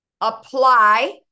Apply